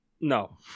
No